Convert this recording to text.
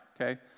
okay